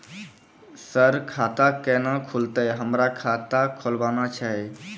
Sir खाता केना खुलतै, हमरा खाता खोलवाना छै?